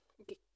okay